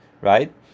right